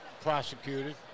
prosecuted